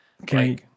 Okay